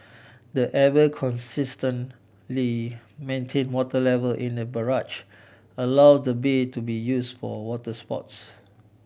the ever consistent Li maintain water level in the barrage allow the bay to be use for water sports